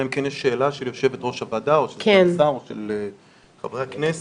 אלא אם כן יש שאלה של יושבת ראש הוועדה או של חברי הכנסת.